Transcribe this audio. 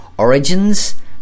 Origins